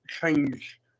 change